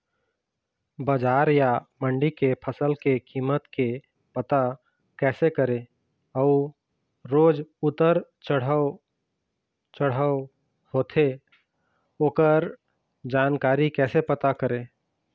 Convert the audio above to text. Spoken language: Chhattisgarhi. बजार या मंडी के फसल के कीमत के पता कैसे करें अऊ रोज उतर चढ़व चढ़व होथे ओकर जानकारी कैसे पता करें?